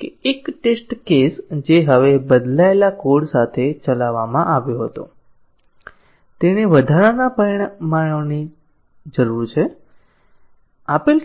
કે એક test case જે હવે બદલાયેલા કોડ સાથે ચલાવવામાં આવ્યો હતો તેને વધારાના પરિમાણોની જરૂર છે આપેલ